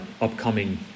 upcoming